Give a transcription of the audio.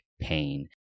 pain